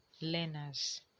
learners